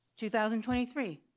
2023